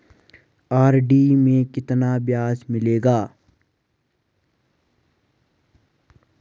RD में कितना ब्याज मिलेगा?